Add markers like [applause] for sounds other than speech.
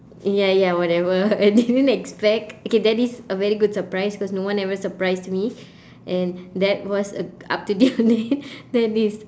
ya ya whatever I didn't expect okay that is a very good surprise because no one ever surprised me and that was up to date only [laughs] that is